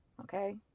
okay